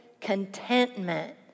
contentment